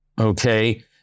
okay